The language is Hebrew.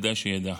כדאי שידע.